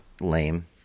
lame